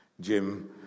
Jim